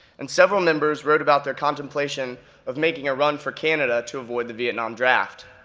and several members wrote about their contemplation of making a run for canada to avoid the vietnam draft.